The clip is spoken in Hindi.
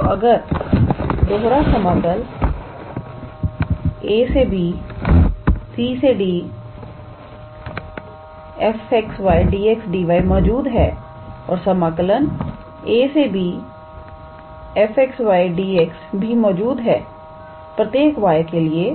तो अगर दोहरा समाकल abcd 𝑓𝑥 𝑦𝑑𝑥𝑑𝑦 मौजूद है और समाकलनab𝑓𝑥 𝑦𝑑𝑥 भी मौजूद है प्रत्येक y के लिए